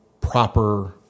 proper